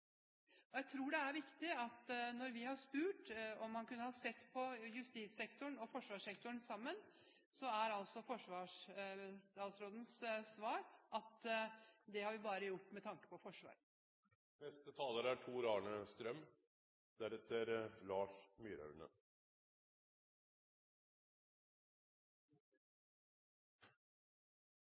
tør! Jeg tror det er viktig å si at når vi har spurt om man kunne ha sett på justissektoren og forsvarssektoren sammen, så er forsvarsstatsrådens svar at det har vi bare gjort med tanke på Forsvaret. La meg først si at det har vært en krevende tid for oss arbeiderpartirepresentanter fra Nordland – det er